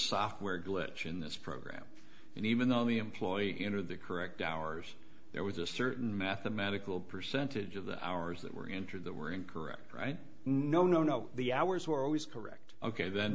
software glitch in this program and even though the employee in are the correct hours there was a certain mathematical percentage of the hours that were injured that were incorrect right no no no the hours were always correct ok then